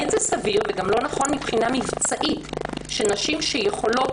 אין זה סביר וגם לא נכון מבחינה מבצעית שנשים שיכולות